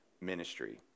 ministry